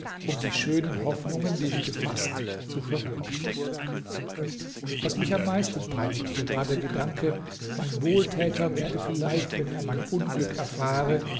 um die schönen hoffnungen die ich gefaßt zu verwirklichen was mich am meisten peinigte war der gedanke mein wohltäter werde vielleicht wenn er mein unglück erfahre